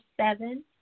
seven